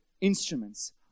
instruments